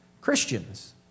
Christians